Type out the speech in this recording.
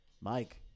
Mike